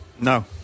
No